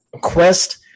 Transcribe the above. quest